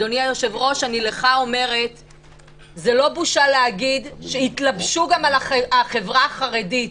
זאת לא בושה להגיד שהתלבשו גם על החברה החרדית.